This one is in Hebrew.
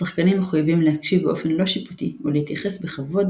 השחקנים מחויבים להקשיב באופן לא שיפוטי ולהתייחס בכבוד